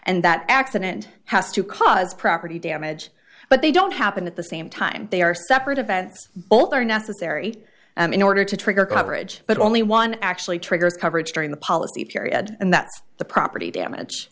and that accident has to cause property damage but they don't happen at the same time they are separate events both are necessary in order to trigger coverage but only one actually triggers coverage during the policy period and that the property damage